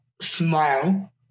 smile